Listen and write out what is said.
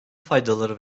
faydaları